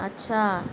اچھا